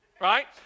right